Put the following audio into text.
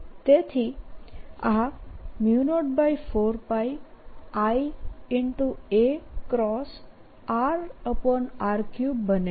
તેથીઆ 04πI a rr3 બને છે